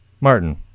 Martin